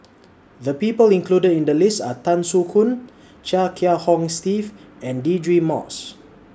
The People included in The list Are Tan Soo Khoon Chia Kiah Hong Steve and Deirdre Moss